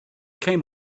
came